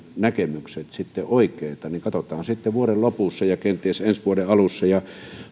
näkemykset sitten oikeita katsotaan sitten vuoden lopussa ja kenties ensi vuoden alussa ja